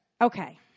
Okay